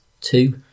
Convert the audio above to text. two